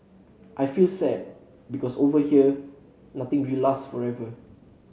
I feel sad because over here nothing really lasts forever